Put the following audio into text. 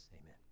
Amen